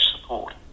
support